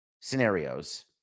scenarios